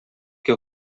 que